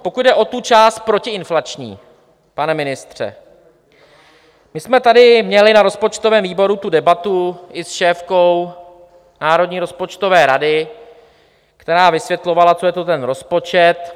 Pokud jde o tu část protiinflační, pane ministře, my jsme tady měli na rozpočtovém výboru debatu i s šéfkou Národní rozpočtové rady, která vysvětlovala, co je to ten rozpočet.